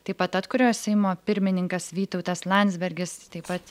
taip pat atkurio seimo pirmininkas vytautas landsbergis taip pat